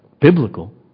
biblical